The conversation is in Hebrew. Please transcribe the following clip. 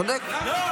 צודק.